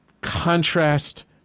Contrast